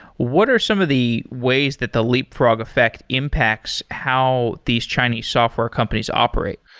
what are some of the ways that the leapfrog effect impacts how these chinese software companies operate?